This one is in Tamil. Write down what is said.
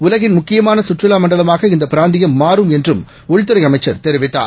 உலகின்முக் கியமானசுற்றுலாமண்டலமாகஇந்தபிராந்தியம்மாறும்என்று ப ம்உள்துறைஅமைச்சர்தெரிவித்தார்